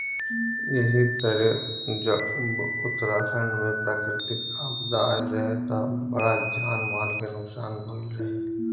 एही तरे जब उत्तराखंड में प्राकृतिक आपदा आईल रहे त बड़ा जान माल के नुकसान भईल रहे